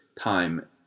time